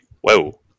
Whoa